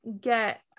get